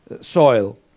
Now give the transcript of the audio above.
soil